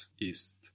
ist